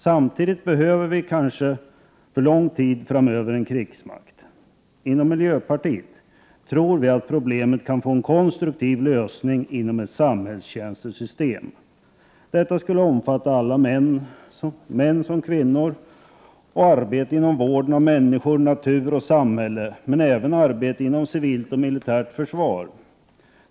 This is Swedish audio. Samtidigt kommer vi kanske under lång tid framöver att ha behov av en krigsmakt. Inom miljöpartiet tror vi att problemet kan få en konstruktiv lösning genom införande av ett samhällstjänstesystem. Detta skulle omfatta alla, män som kvinnor, och bestå av arbete inom vården av människor, natur och samhälle, men även arbete inom civilt och militärt försvar.